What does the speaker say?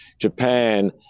Japan